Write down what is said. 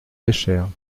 pêchèrent